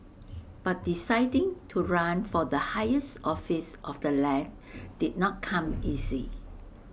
but deciding to run for the higher office of the land did not come easy